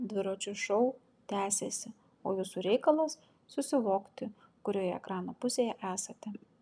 dviračio šou tęsiasi o jūsų reikalas susivokti kurioje ekrano pusėje esate